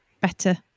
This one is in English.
better